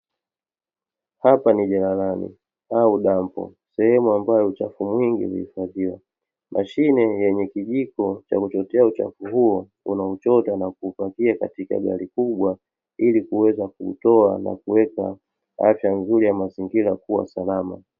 Hapa ni jalalani au dampo sehemu ambayo taka nyingi huifadhiwa, mashine yenye kijiko ya kuchotea uchafu huo unauchota na kupakia katika gari kubwa ili kuweza kuutoa na kuweka afya ya mazingira kuwa salama.